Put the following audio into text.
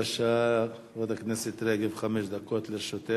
בבקשה, חברת הכנסת רגב, חמש דקות לרשותך.